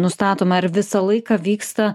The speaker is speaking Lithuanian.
nustatoma ar visą laiką vyksta